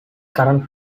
current